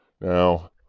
Now